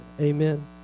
Amen